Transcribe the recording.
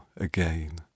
again